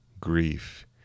grief